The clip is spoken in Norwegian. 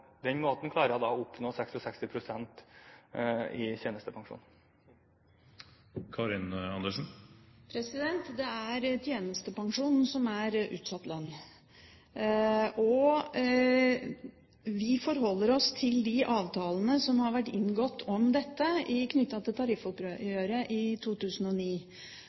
den måten hun klarer å oppnå 66 pst. i tjenestepensjon. Det er tjenestepensjonen som er utsatt lønn, og vi forholder oss til de avtalene som ble inngått om dette i tariffoppgjøret i 2009.